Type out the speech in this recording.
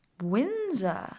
Windsor